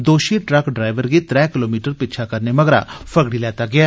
दोषी truck driver गी त्रै किलोमीटर पिच्छा करने मगरा पकड़ी लैता गेआ